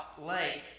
Lake